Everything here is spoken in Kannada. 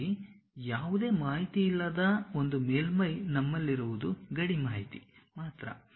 ನಮ್ಮಲ್ಲಿ ಯಾವುದೇ ಮಾಹಿತಿಯಿಲ್ಲದ ಒಂದು ಮೇಲ್ಮೈ ನಮ್ಮಲ್ಲಿರುವುದು ಗಡಿ ಮಾಹಿತಿ boundary informationsಮಾತ್ರ